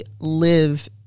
live